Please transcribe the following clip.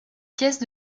pièces